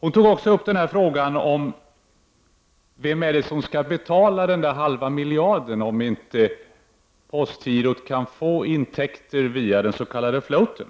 Lisbet Calner tog också upp frågan om vem det är som skall betala den halvmiljard som det är fråga om ifall postgirot inte kan få intäkter via den s.k. floaten.